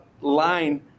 line